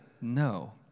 no